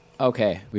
Okay